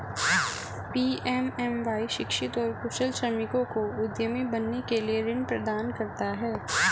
PMMY शिक्षित और कुशल श्रमिकों को उद्यमी बनने के लिए ऋण प्रदान करता है